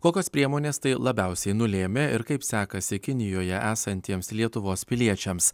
kokios priemonės tai labiausiai nulėmė ir kaip sekasi kinijoje esantiems lietuvos piliečiams